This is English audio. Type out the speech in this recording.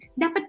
dapat